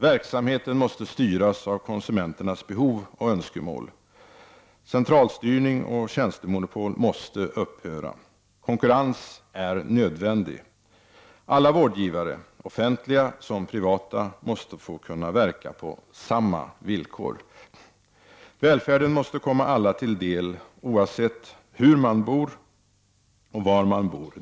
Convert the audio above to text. Verksamheten måste styras av konsumenternas behov och önskemål, centralstyrning och tjänstemonopol måste upphöra. Konkurrens är nödvändig. Alla vårdgivare, offentliga som privata, måste kunna få verka på samma villkor. Välfärden måste komma alla till del oavsett hur och var man bor.